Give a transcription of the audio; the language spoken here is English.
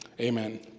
Amen